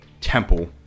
temple